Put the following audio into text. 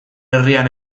herrian